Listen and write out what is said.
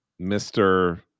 Mr